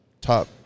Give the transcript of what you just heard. top